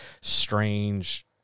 strange